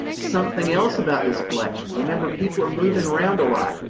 something else about this collection. remember people are moving around a lot,